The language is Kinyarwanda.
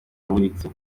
yamuritse